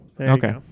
okay